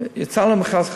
יצאנו למכרז חדש.